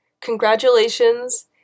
congratulations